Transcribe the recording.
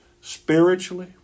spiritually